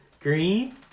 Green